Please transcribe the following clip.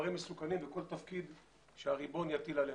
חומרים מסוכנים וכל תפקיד שהריבון יטיל עלינו.